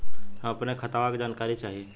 हम अपने खतवा क जानकारी चाही?